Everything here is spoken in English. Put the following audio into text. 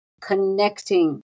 connecting